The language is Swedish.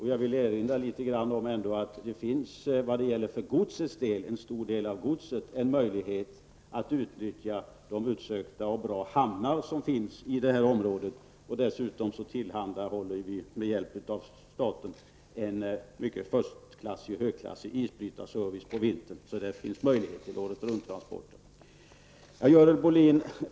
Jag vill erinra om att det för en stor del av godset finns en möjlighet att utnyttja de utsökta och bra hamnar som finns i området. Dessutom tillhandahåller vi med hjälp av staten en förstklassig isbrytarservice på vintern. Det finns alltså möjlighet till transporter året runt.